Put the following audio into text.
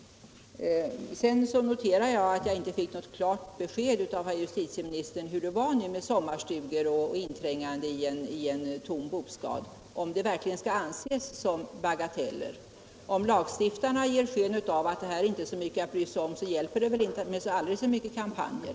Sedan noterar jag att jag inte fick något klart besked av justitieministern om hur det var med sommarstugor och inträngande i en tom bostad, om det verkligen skall anses som bagateller. Om lagstiftarna ger sken av att sådant inte är mycket att bry sig om, så hjälper det väl inte med aldrig så många kampanjer.